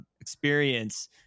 experience